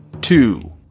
Two